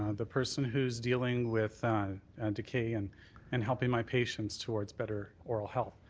the person who's dealing with and decay and and helping my patients towards better oral health.